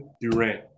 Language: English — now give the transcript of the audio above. Durant